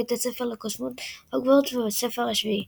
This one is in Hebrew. בית הספר לקוסמות הוגוורטס בספר השביעי.